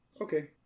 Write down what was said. Okay